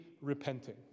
repenting